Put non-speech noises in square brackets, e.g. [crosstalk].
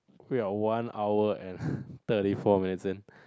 we are one hour and [laughs] thirty four minutes in